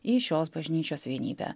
į šios bažnyčios vienybę